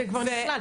זה כבר נכלל.